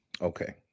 Okay